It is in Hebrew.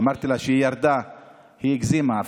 אמרתי לה כשהיא ירדה שהיא הגזימה,